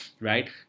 right